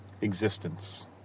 existence